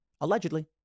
allegedly